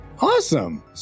Awesome